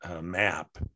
map